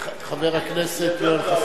חבר הכנסת יואל חסון,